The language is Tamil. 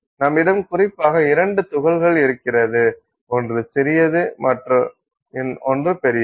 நம்மிடம் குறிப்பாக இரண்டு துகள்கள் இருக்கிறது ஒன்று சிறியது மற்றும் ஒன்று பெரியது